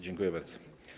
Dziękuję bardzo.